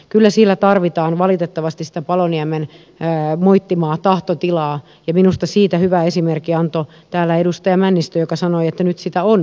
kyllä siellä tarvitaan valitettavasti sitä paloniemen moittimaa tahtotilaa ja minusta siitä hyvän esimerkin antoi täällä edustaja männistö joka sanoi että nyt sitä on